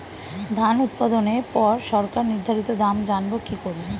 ধান উৎপাদনে পর সরকার নির্ধারিত দাম জানবো কি করে?